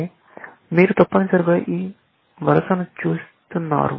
అంటే మీరు తప్పనిసరిగా ఈ వరుసను చూస్తున్నారు